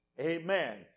Amen